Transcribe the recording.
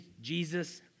Jesus